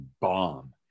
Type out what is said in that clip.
bomb